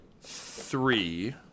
three